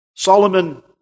Solomon